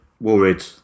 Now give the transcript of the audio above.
worried